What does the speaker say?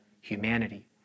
humanity